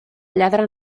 lladre